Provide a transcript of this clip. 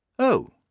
oh!